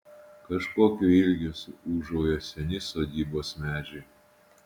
kažkokiu ilgesiu ūžauja seni sodybos medžiai